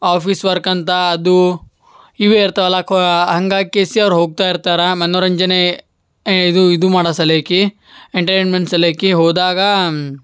office work ಅಂತ ಅದು ಇವೇ ಇರ್ತವಲ್ಲ ಕ್ವಾ ಹಾಗಾಕೇಸಿ ಅವ್ರು ಹೋಗ್ತಾ ಇರ್ತಾರೆ ಮನೋರಂಜನೆ ಇದು ಇದು ಮಾಡೋ ಸಲೇಕಿ ಎಂಟಟೈನ್ಮೆಂಟ್ ಸಲೇಕಿ ಹೋದಾಗ